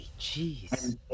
Jeez